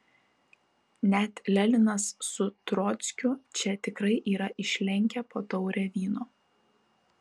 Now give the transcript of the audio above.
net leninas su trockiu čia tikrai yra išlenkę po taurę vyno